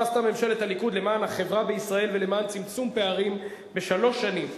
מה עשתה ממשלת הליכוד למען החברה בישראל ולמען צמצום פערים בשלוש שנים: